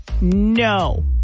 No